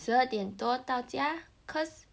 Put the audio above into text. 十二点多到家 cause